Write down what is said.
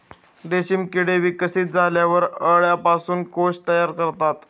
रेशीम किडे विकसित झाल्यावर अळ्यांपासून कोश तयार करतात